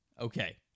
Okay